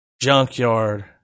junkyard